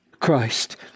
Christ